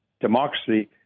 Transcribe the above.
democracy